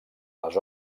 les